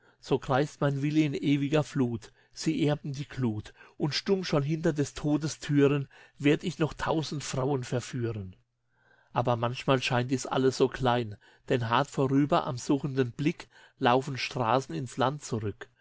so kreist mein wille in ewiger flut sie erben die glut und stumm schon hinter des todes türen werd ich noch tausend frauen verführen aber manchmal scheint dies alles so klein denn hart vorüber am suchenden blick laufen straßen ins land zurück